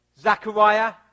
Zachariah